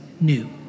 new